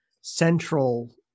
central